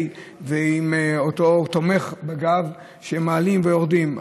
ועם אותו תומך בגב שהם מעלים ויורדים.